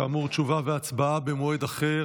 כאמור, תשובה והצבעה במועד אחר.